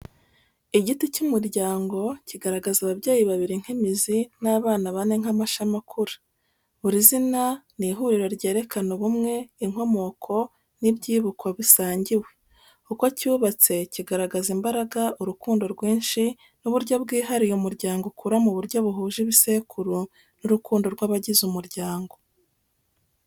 Igiti cy’umuryango kigaragaza ababyeyi babiri nk’imizi, n’abana bane nk’amashami akura. Buri zina n’ihuriro ryerekana ubumwe, inkomoko, n’ibyibukwa bisangiwe. Uko cyubatse kigaragaza imbaraga, urukundo rwinshi, n’uburyo bwihariye umuryango ukura mu buryo buhuje ibisekuru n’urukundo rw’abagize umuryango.